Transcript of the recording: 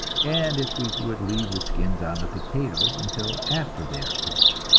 and if we would leave the skins on the potatoes until after they are cooked.